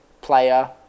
player